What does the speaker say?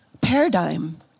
paradigm